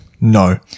No